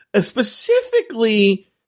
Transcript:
Specifically